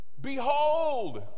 behold